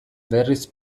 berriz